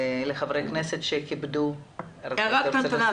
לחברי הכנסת שכיבדו --- הערה קטנה,